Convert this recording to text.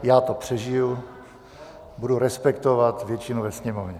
Já to přežiju, budu respektovat většinu ve Sněmovně.